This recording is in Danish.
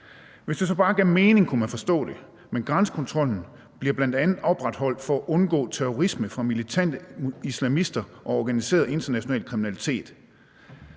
Hvis det så bare gav mening, kunne man forstå det, men grænsekontrollen bliver bl.a. opretholdt for at undgå terrorisme fra militante islamisters side og organiseret international kriminalitet.